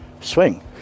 swing